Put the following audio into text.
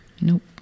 Nope